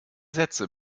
sätze